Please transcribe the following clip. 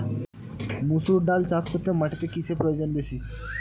মুসুর ডাল চাষ করতে মাটিতে কিসে প্রয়োজন বেশী?